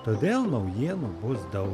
todėl naujienų bus daug